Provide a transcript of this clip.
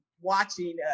watching